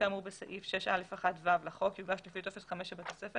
כאמור בסעיף 6א1(ו) לחוק יוגש לפי טופס 5 שבתוספת,